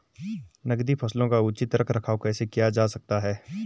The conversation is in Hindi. नकदी फसलों का उचित रख रखाव कैसे किया जा सकता है?